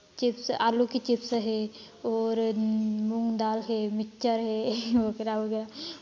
chips आलू की chips है और मूंग दाल है मिक्चर है वगैरह वगैरह